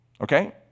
Okay